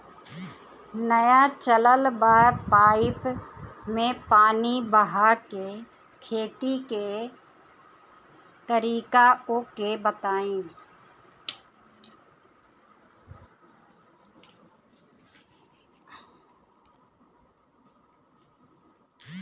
नया चलल बा पाईपे मै पानी बहाके खेती के तरीका ओके बताई?